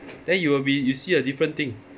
then you will be you see a different thing